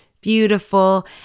beautiful